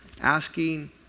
asking